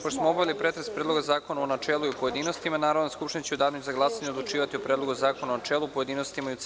Pošto smo obavili pretres Predloga zakona u načelu i u pojedinostima, Narodna skupština će u danu za glasanje odlučivati o Predlogu zakona u načelu, pojedinostima i u celini.